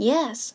Yes